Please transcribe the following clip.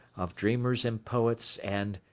of dreamers and poets and,